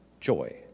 joy